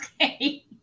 Okay